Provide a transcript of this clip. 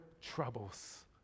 troubles